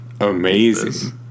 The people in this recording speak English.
amazing